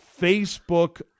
Facebook